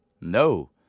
No